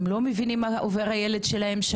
הם לא מבינים מה עובר על הילד שמה,